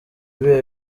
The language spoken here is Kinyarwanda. ibihe